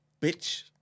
Bitch